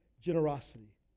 generosity